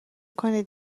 کنید